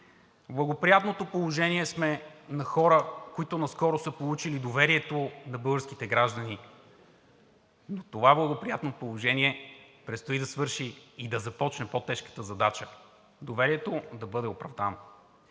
благоприятното положение сме на хора, които наскоро са получили доверието на българските граждани, но това благоприятно положение предстои да свърши и да започне по-тежката задача – доверието да бъде оправдано.